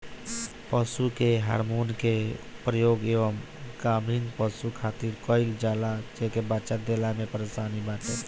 पशु के हार्मोन के प्रयोग उ गाभिन पशु खातिर कईल जाला जेके बच्चा देला में परेशानी बाटे